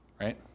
right